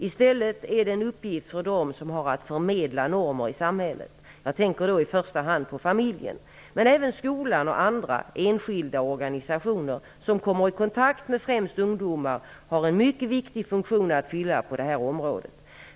I stället är det en uppgift för dem som har att förmedla normer i samhället. Jag tänker då i första hand på familjen. Men även skolan och andra -- enskilda och organisationer -- som kommer i kontakt med främst ungdomar har en mycket viktig funktion att fylla på det här området.